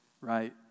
right